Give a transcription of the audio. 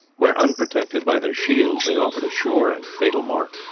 where, unprotected by their shields, they offered a sure and fatal mark.